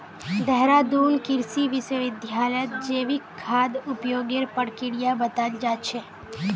देहरादून कृषि विश्वविद्यालयत जैविक खाद उपयोगेर प्रक्रिया बताल जा छेक